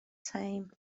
teim